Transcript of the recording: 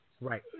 right